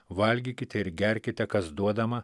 valgykite ir gerkite kas duodama